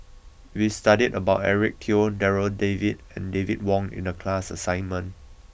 we studied about Eric Teo Darryl David and David Wong in the class assignment